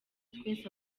twese